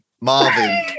Marvin